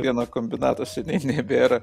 viena kombinato seniai nebėra